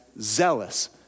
zealous